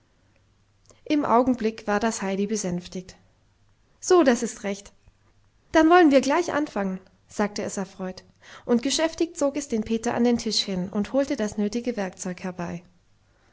im augenblick war das heidi besänftigt so das ist recht dann wollen wir gleich anfangen sagte es erfreut und geschäftig zog es den peter an den tisch hin und holte das nötige werkzeug herbei